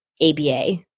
ABA